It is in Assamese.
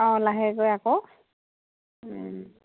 অঁ লাহেকৈ আকৌ